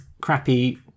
crappy